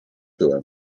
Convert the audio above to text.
byłem